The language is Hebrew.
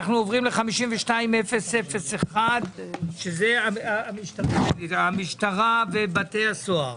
פנייה 52001 52001. המשטרה ובתי הסוהר.